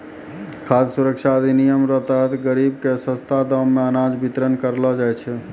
खाद सुरक्षा अधिनियम रो तहत गरीब के सस्ता दाम मे अनाज बितरण करलो जाय छै